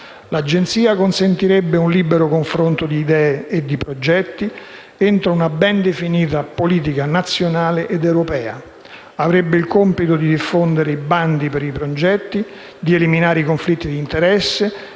L'Agenzia consentirebbe un libero confronto di idee e di progetti, entro una ben definita politica nazionale ed europea; avrebbe il compito di diffondere i bandi per i progetti, di eliminare i conflitti di interesse